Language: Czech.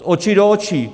Z očí do očí.